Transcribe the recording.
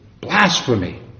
Blasphemy